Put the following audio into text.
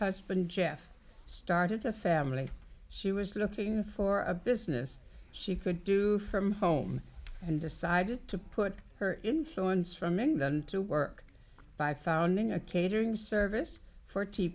husband jeff started a family she was looking for a business she could do from home and decided to put her influence from men than to work by founding a catering service for tea